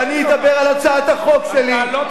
ואני אדבר על הצעת החוק שלי, אתה לא תקבל.